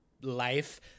life